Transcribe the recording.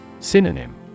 Synonym